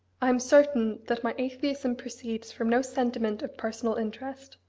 i am certain that my atheism proceeds from no sentiment of personal interest.